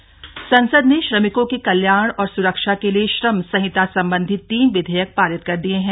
श्रम विधेयक संसद ने श्रमिकों के कल्याण और सुरक्षा के लिए श्रम संहिता संबंधी तीन विधेयक पारित कर दिए हैं